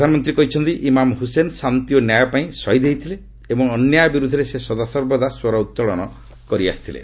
ପ୍ରଧାନମନ୍ତ୍ରୀ କହିଛନ୍ତି Imam Hussain ଶାନ୍ତି ଓ ନ୍ୟାୟପାଇଁ ଶହୀଦ୍ ହୋଇଥିଲେ ଏବଂ ଅନ୍ୟାୟ ବିରୁଦ୍ଧରେ ସେ ସଦାସର୍ବଦା ସ୍ୱର ଉତ୍ତୋଳନ କରିଆସ୍ରଥିଲେ